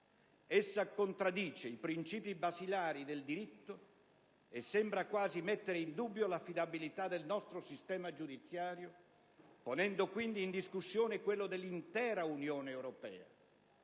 Essa contraddice i principi basilari del diritto e sembra quasi mettere in dubbio l'affidabilità del nostro sistema giudiziario, ponendo quindi in discussione quello dell'intera Unione europea.